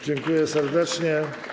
Dziękuję serdecznie.